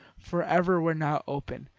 forever, were now open,